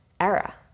era